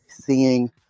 seeing